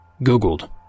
googled